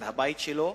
את הבית שלו,